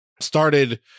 started